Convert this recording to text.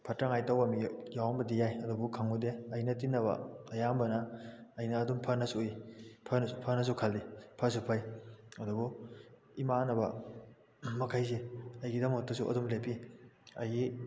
ꯐꯠꯇꯅꯉꯥꯏ ꯇꯧꯕ ꯃꯤꯑꯣꯏ ꯌꯥꯎꯔꯝꯕꯗꯤ ꯌꯥꯏ ꯑꯗꯨꯕꯨ ꯈꯪꯉꯨꯗꯦ ꯑꯩꯅ ꯇꯤꯟꯅꯕ ꯑꯌꯥꯝꯕꯅ ꯑꯩꯅ ꯑꯗꯨꯝ ꯐꯅꯁꯨ ꯎꯏ ꯐꯅꯁꯨ ꯈꯜꯂꯤ ꯐꯁꯨ ꯐꯩ ꯑꯗꯨꯕꯨ ꯏꯃꯥꯟꯅꯕꯃꯈꯩꯁꯦ ꯑꯩꯒꯤꯗꯃꯛꯇꯁꯨ ꯑꯗꯨꯝ ꯂꯦꯞꯄꯤ ꯑꯩꯒꯤ